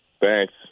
Thanks